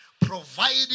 Providing